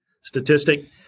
statistic